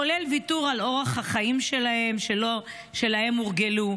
כולל ויתור על אורח החיים שאליו הורגלו.